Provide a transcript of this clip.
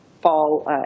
fall